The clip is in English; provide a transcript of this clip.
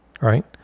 right